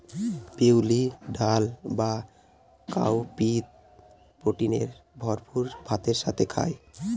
বিউলির ডাল বা কাউপিএ প্রোটিনে ভরপুর ভাতের সাথে খায়